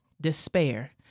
despair